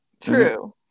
True